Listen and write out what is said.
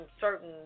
certain